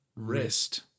wrist